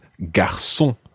garçon